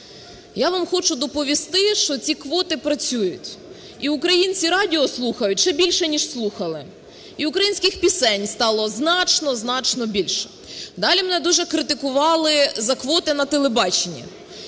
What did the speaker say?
Я вам хочу доповісти, що ці квоти працюють, і українці радіо слухають ще більше, ніж слухали, і українських пісень стало значно-значно більше. Далі мене дуже критикували за квоти на телебаченні.